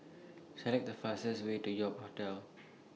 Select The fastest Way to York Hotel